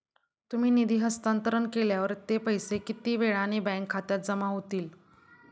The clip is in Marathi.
तुम्ही निधी हस्तांतरण केल्यावर ते पैसे किती वेळाने बँक खात्यात जमा होतील?